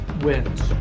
wins